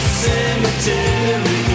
cemetery